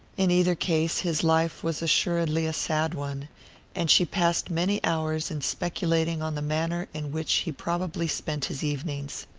in either case, his life was assuredly a sad one and she passed many hours in speculating on the manner in which he probably spent his evenings.